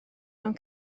mewn